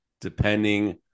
depending